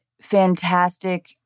fantastic